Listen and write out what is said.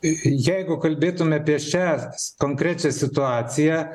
jeigu kalbėtume apie šią konkrečią situaciją